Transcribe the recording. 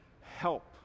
help